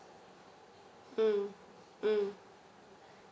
mm mm